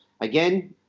again